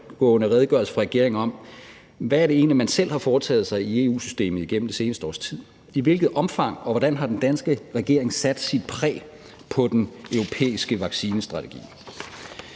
tilbundsgående redegørelse fra regeringen om, hvad det egentlig er, man selv har foretaget sig i EU-systemet igennem det seneste års tid, og i hvilket omfang og hvordan den danske regering har sat sit præg på den europæiske vaccinestrategi.